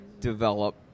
develop